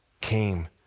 came